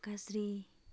गाज्रि